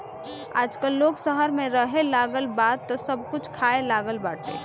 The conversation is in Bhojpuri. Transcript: आजकल लोग शहर में रहेलागल बा तअ सब कुछ खाए लागल बाटे